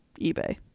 eBay